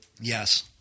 Yes